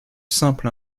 simple